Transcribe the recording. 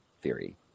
theory